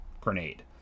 grenade